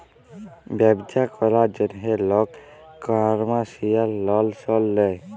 ব্যবছা ক্যরার জ্যনহে লক কমার্শিয়াল লল সল লেয়